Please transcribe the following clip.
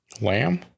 lamb